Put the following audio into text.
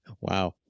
Wow